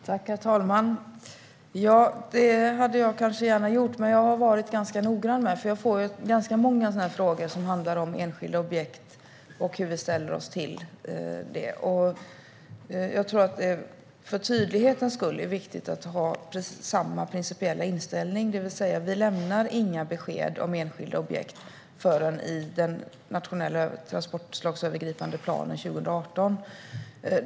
Herr talman! Det hade jag gärna gjort! Jag får många frågor som handlar om hur regeringen ställer sig till enskilda objekt. För tydlighetens skull är det viktigt att ha samma principiella inställning, det vill säga att vi inte lämnar några besked om enskilda objekt förrän i den nationella transportslagsövergripande planen 2018.